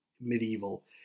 medieval